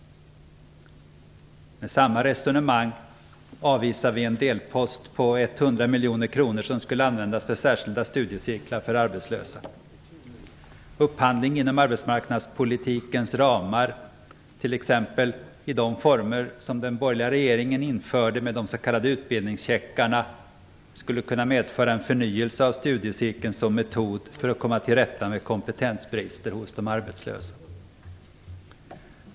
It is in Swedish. Med samma resonemang avvisar vi en delpost på 100 miljoner kronor som skulle användas för särskilda studiecirklar för arbetslösa. Upphandling inom arbetsmarknadspolitikens ramar, t.ex. i de former som den borgerliga regeringen införde med de s.k. utbildningscheckarna skulle kunna medföra en förnyelse av studiecirkeln som metod för att komma till rätta med kompetensbrister hos de arbetslösa.